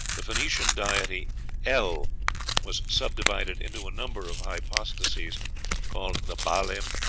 the phoenician deity el was subdivided into a number of hypostases called the baalim,